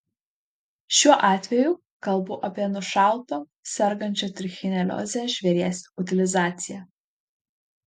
šiuo atveju kalbu apie nušauto sergančio trichinelioze žvėries utilizaciją